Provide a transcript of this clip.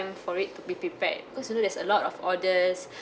for it to be prepared because you know there's a lot of orders